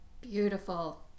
Beautiful